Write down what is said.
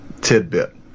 tidbit